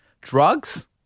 drugs